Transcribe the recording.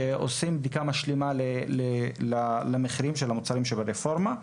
שעושים בדיקה משלימה למחירים של המוצרים שברפורמה.